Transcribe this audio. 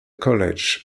college